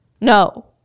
No